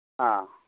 ꯑꯥ